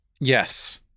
yes